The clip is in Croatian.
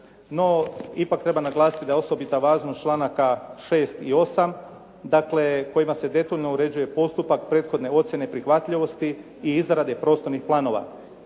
No, ipak treba naglasiti da je osobita važnost članaka 6. i 8. dakle kojima se detaljno uređuje postupak prethodne ocjene prihvatljivosti i izrade prostornih planova.